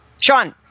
Sean